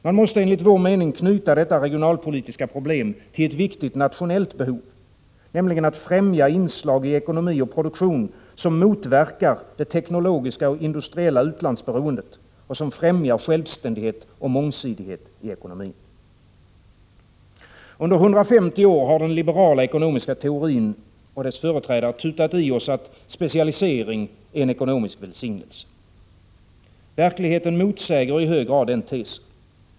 Man måste enligt vår mening knyta detta regionalpolitiska problem till ett viktigt nationellt behov, nämligen behovet av att främja inslag i ekonomi och produktion som motverkar det teknologiska och industriella utlandsberoendet och som främjar självständighet och mångsidighet i ekonomin. Under 150 år har företrädarna för den liberala ekonomiska teorin tutat i oss att specialisering är en ekonomisk välsignelse. Verkligheten motsäger i hög grad den tesen.